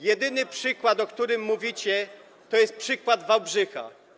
Jedyny przykład, o którym mówicie, to jest przykład Wałbrzycha.